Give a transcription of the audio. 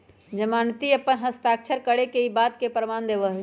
जमानती अपन हस्ताक्षर करके ई बात के प्रमाण देवा हई